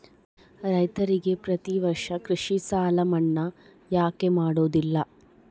ರೈತರಿಗೆ ಪ್ರತಿ ವರ್ಷ ಕೃಷಿ ಸಾಲ ಮನ್ನಾ ಯಾಕೆ ಮಾಡೋದಿಲ್ಲ?